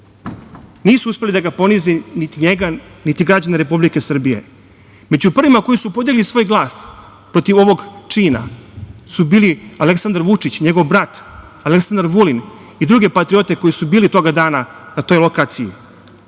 Nisu uspeli da ga ponize, niti njega, niti građane Republike Srbije.Među prvima koji su podigli svoj glas protiv ovog čina su bili Aleksandar Vučić i njegov brat, Aleksandar Vulin i druge patriote koji su bili toga dana na toj lokaciji.